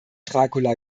dracula